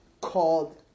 called